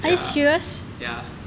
ya ya